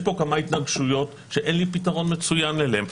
יש כאן כמה התנגשויות שאין לי פתרון מצוין להן.